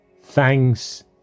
Thanks